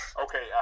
okay